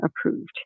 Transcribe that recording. approved